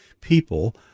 people